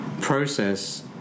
process